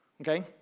okay